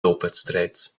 loopwedstrijd